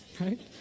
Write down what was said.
right